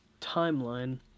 timeline